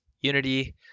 Unity